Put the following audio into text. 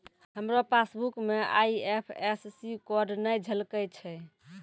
हमरो पासबुक मे IFSC code नै झलकै छै